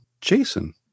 Jason